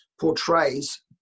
portrays